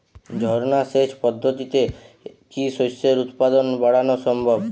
ঝর্না সেচ পদ্ধতিতে কি শস্যের উৎপাদন বাড়ানো সম্ভব?